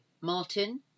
Martin